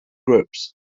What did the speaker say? groups